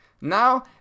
Now